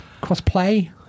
cross-play